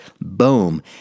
Boom